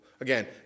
Again